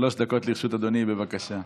שלוש דקות לרשות אדוני, בבקשה.